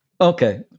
Okay